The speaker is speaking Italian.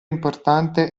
importante